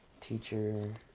teacher